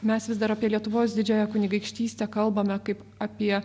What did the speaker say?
mes vis dar apie lietuvos didžiąją kunigaikštystę kalbame kaip apie